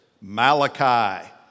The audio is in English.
Malachi